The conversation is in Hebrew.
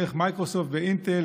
דרך מיקרוסופט ואינטל,